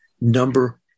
number